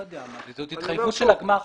זאת התחייבות של הגמ"ח.